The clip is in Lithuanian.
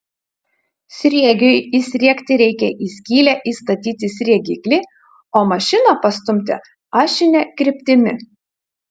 sriegiui įsriegti reikia į skylę įstatyti sriegiklį o mašiną pastumti ašine kryptimi